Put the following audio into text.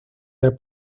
del